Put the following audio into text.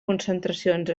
concentracions